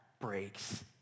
breaks